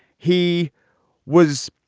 he was.